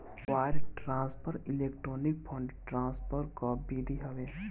wire transfer electronic fund transfer कअ विधि हवे